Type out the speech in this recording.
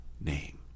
name